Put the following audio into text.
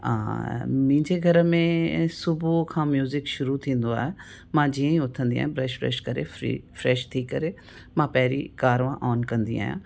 मुंहिंजे घर में सुबुह खां म्युज़िक शुरू थींदो आहे मां जीअं ई उथंदी आहियां ब्रश व्रश करे फ्री फ्रेश थी करे मां पहिरीं कारवां ऑन कंदी आहियां